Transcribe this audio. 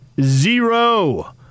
Zero